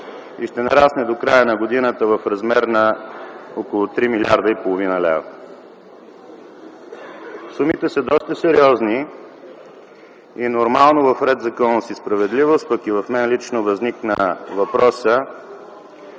и ще нарасне до края на годината в размер на около 3,5 млрд. лв. Сумите са доста сериозни и е нормално в „Ред, законност и справедливост” пък и в мен лично възникна въпроса: